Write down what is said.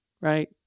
right